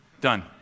Done